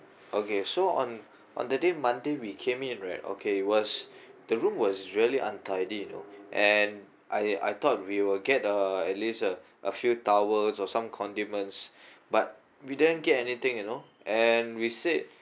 okay so on on the day monday we came in right okay was the room was really untidy you know and I I thought we will get uh at least a a few towels or some condiments but we didn't get anything you know and we said